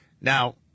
Now